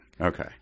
Okay